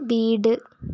വീട്